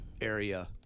area